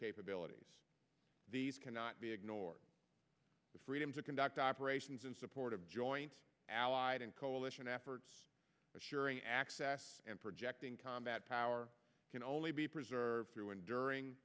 capabilities these cannot be ignored the freedom to conduct operations in support of joint allied and coalition efforts assuring access and projecting combat power can only be preserved through enduring